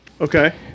Okay